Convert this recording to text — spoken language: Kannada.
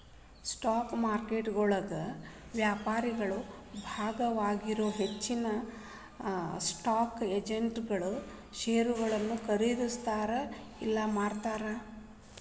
ಸ್ಟಾಕ್ ಮಾರುಕಟ್ಟೆಯೊಳಗ ವ್ಯಾಪಾರಿಗಳ ಭಾಗವಾಗಿರೊ ಹೆಚ್ಚಿನ್ ಸ್ಟಾಕ್ ಎಕ್ಸ್ಚೇಂಜ್ ಷೇರುಗಳನ್ನ ಖರೇದಿಸ್ತಾರ ಇಲ್ಲಾ ಮಾರ್ತಾರ